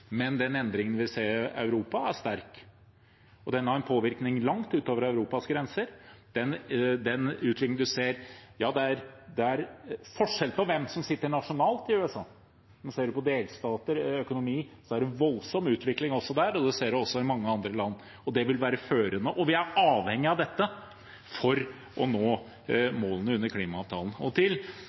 men den endringen vi ser i Europa, er sterk, og den har påvirkning langt utover Europas grenser. Når det gjelder den utviklingen vi ser i USA, er det forskjell på hvem som sitter nasjonalt, men ser man på delstater og økonomi, er det voldsom utvikling også der. Det ser man også i mange andre land. Det vil være førende. Vi er avhengig av dette for å nå målene i klimaavtalen. Til